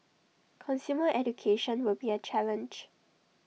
consumer education will be A challenge